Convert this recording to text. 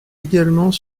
également